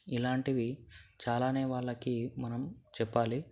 ఇలాంటివి చాలానే వాళ్ళకి మనం చెప్పాలి